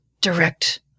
direct